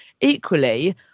Equally